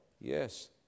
yes